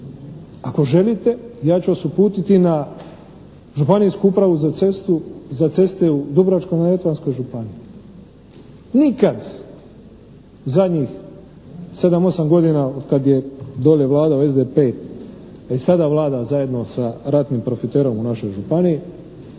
Ako želite ja ću vas uputiti na Županijsku upravu za ceste u Dubrovačko-Neretvanskoj županiji. Nikad zadnjih 7, 8 godina od kad je dolje vladao SDP, a i sada vlada zajedno sa ratnim profiterom u našoj županiji